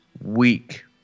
week